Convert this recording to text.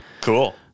Cool